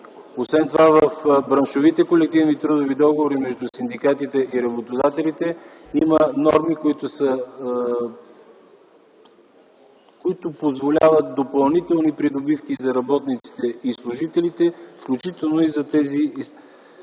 Освен това в браншовите колективни трудови договори между синдикатите и работодателите има норми, които позволяват допълнителни придобивки за работниците и служителите, включително и за тези